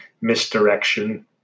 misdirection